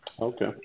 Okay